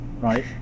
right